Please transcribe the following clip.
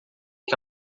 que